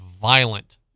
violent